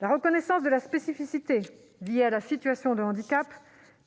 La reconnaissance de la spécificité liée à la situation de handicap